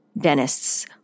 dentists